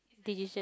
decision